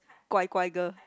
乖: guai 乖: guai girl